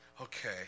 okay